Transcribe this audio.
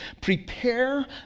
prepare